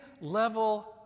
level